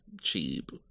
cheap